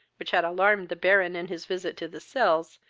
which had alarmed the baron in his visit to the cells,